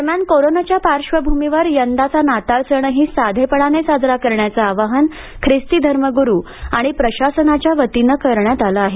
दरम्यान कोरोनाच्या पार्श्वभूमीवर यंदाचा नाताळ सणही साधेपणाने साजरा करण्याचं आवाहन खिस्ती धर्मगुरू आणि प्रशासनाच्या वतीनं करण्यात आलं आहे